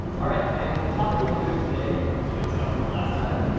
all right, and the topic we'll be doing today, to mix it up from last time,